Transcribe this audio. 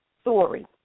story